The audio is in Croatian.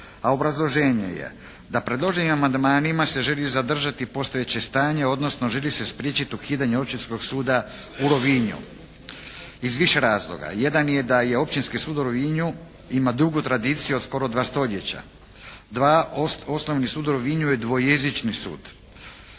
A obrazloženje je da predloženim amandmanima se želi zadržati postojeće stanje, odnosno želi se spriječiti ukidanje Općinskog suda u Rovinju. Iz više razloga. Jedan je da je Općinski sud u Rovinju ima dugu tradiciju od skoro 2 stoljeća. Dva, osnovni sud u Rovinju je dvojezični sud.